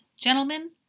gentlemen